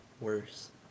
worse